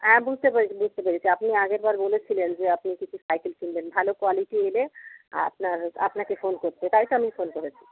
হ্যাঁ বুঝতে পেরেছি বুঝতে পেরেছি আপনি আগের বার বলেছিলেন যে আপনি কিছু সাইকেল কিনবেন ভালো কোয়ালিটি এলে আপনার আপনাকে ফোন করতে তাই তো আমি ফোন করেছি